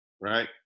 Right